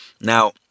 Now